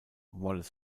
wallace